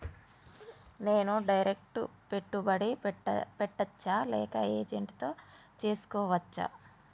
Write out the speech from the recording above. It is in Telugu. నేను డైరెక్ట్ పెట్టుబడి పెట్టచ్చా లేక ఏజెంట్ తో చేస్కోవచ్చా?